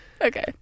Okay